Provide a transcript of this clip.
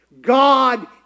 God